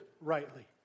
rightly